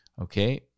Okay